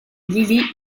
lili